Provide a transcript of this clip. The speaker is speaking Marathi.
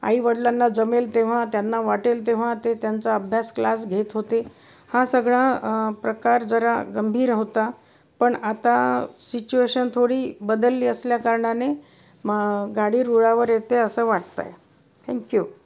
आईवडिलांना जमेल तेव्हा त्यांना वाटेल तेव्हा ते त्यांचा अभ्यास क्लास घेत होते हा सगळा प्रकार जरा गंभीर होता पण आता सिच्युएशन थोडी बदलली असल्याकारणाने मा गाडी रुळावर येते असं वाटत आहे थँक्यू